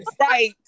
right